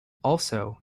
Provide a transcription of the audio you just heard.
also